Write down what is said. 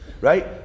right